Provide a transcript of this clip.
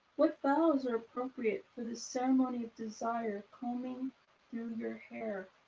what bows are appropriate for the ceremony of desire combing through your hair.